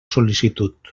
sol·licitud